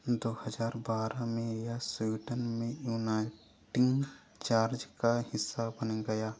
दो हजार बारह में यह स्वीडन में यूनाइटिंग चार्ज का हिस्सा बन गया